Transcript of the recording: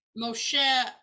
Moshe